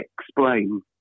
explain